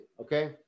Okay